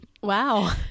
Wow